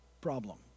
problem